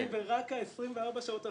ורק ה-24 שעות האחרונות,